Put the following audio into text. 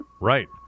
Right